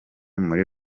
muri